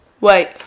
Wait